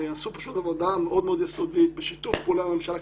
הם עשו עבודה מאוד מאוד יסודית בשיתוף פעולה עם הממשלה.